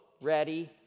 ready